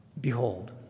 behold